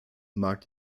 mag